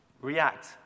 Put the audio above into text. react